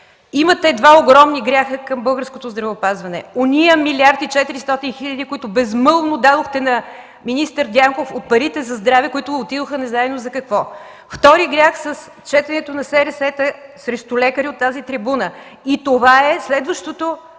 Имате два огромни гряха към българското здравеопазване – ония 1 млрд. 400 хиляди, които безмълвно дадохте на министър Дянков от парите за здраве, които отидоха незнайно за какво. Втори грях с четенето на СРС-та срещу лекари от тази трибуна. И това е следващото,